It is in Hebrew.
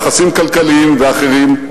יחסים כלכליים ואחרים,